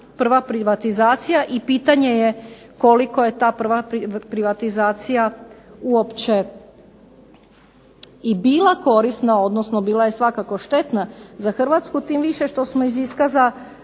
prva privatizacija, i pitanje je koliko je ta prva privatizacija uopće i bila korisna, odnosno bila je svakako štetna za Hrvatsku, tim više što smo iz iskaza